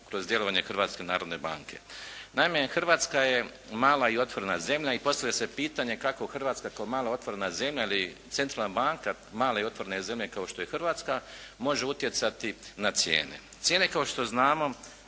kroz djelovanje Hrvatske narodne banke. Naime, Hrvatska je mala i otvorena zemlja i postavlja se pitanje kako Hrvatska kao mala i otvorena zemlja ili centralna banka male i otvorene zemlje kao što je Hrvatska može utjecati na cijene. Cijene kao što znamo